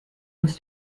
uns